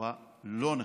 בצורה לא נכונה.